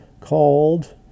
called